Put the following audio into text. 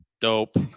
Dope